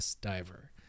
diver